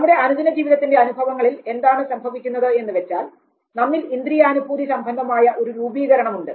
നമ്മുടെ അനുദിന ജീവിതത്തിൻറെ അനുഭവങ്ങളിൽ എന്താണ് സംഭവിക്കുന്നത് എന്ന് വെച്ചാൽ നമ്മിൽ ഇന്ദ്രിയാനുഭൂതി സംബന്ധമായ ഒരു രൂപീകരണം ഉണ്ട്